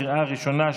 לקריאה ראשונה,